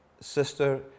sister